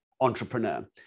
entrepreneur